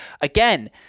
again—